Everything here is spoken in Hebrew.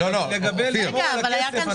לגבי לשמור על הכסף,